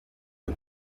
the